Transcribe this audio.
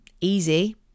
easy